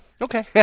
Okay